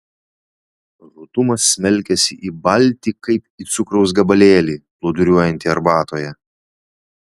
rudumas smelkiasi į baltį kaip į cukraus gabalėlį plūduriuojantį arbatoje